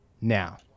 now